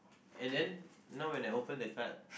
and then now when I open the card